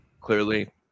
clearly